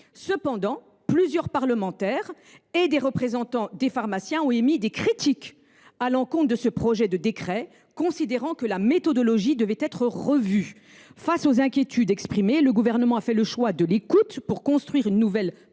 Cependant, plusieurs parlementaires et des représentants des pharmaciens ont émis des critiques à l’encontre de ce projet de décret, considérant que la méthodologie devait être revue. Face aux inquiétudes exprimées, le Gouvernement a fait le choix de l’écoute pour construire une nouvelle méthodologie.